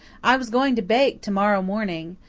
i was going to bake to-morrow morning.